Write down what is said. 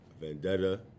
Vendetta